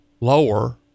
lower